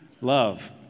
love